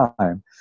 time